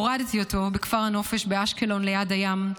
"הורדתי אותו בכפר הנופש באשקלון, ליד הים.